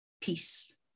Peace